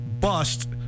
bust